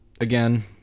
again